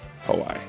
Hawaii